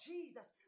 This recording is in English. Jesus